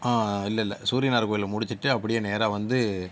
இல்லை இல்லை சூரியனார் கோவில முடிச்சுட்டு அப்படியே நேராக வந்து